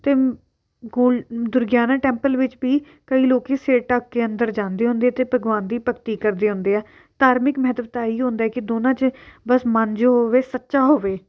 ਅਤੇ ਗੋ ਦੁਰਗਿਆਣਾ ਟੈਂਪਲ ਵਿੱਚ ਵੀ ਕਈ ਲੋਕੀ ਸਿਰ ਢੱਕ ਕੇ ਅੰਦਰ ਜਾਂਦੇ ਹੁੰਦੇ ਅਤੇ ਭਗਵਾਤ ਦੀ ਭਗਤੀ ਕਰਦੇ ਹੁੰਦੇ ਆ ਧਾਰਮਿਕ ਮਹੱਤਵਤਾ ਇਹ ਹੀ ਹੋ ਹੁੰਦਾ ਕਿ ਦੋਨਾਂ 'ਚ ਬਸ ਮਨ ਜੋ ਹੋਵੇ ਸੱਚਾ ਹੋਵੇ